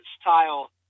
style